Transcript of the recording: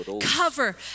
cover